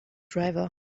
driver